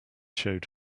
showed